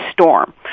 storm